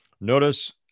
Notice